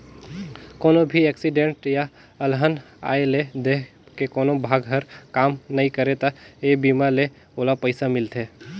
कोनो भी एक्सीडेंट य अलहन आये ले देंह के कोनो भाग हर काम नइ करे त ए बीमा ले ओला पइसा मिलथे